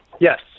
Yes